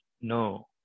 no